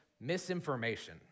misinformation